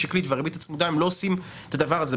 הריבית השקלית והריבית הצמודה לא עושות את הדבר הזה.